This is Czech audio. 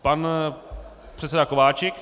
Pan předseda Kováčik.